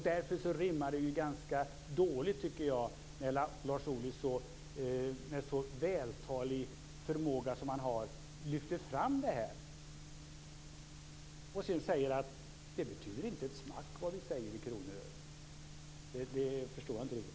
Därför rimmar det ganska dåligt tycker jag när Lars Ohly så vältaligt lyfter fram det här och sedan säger att det inte betyder ett smack vad Vänsterpartiet säger om kronor och ören. Det förstår jag inte riktigt.